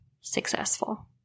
successful